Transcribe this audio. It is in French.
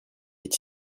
est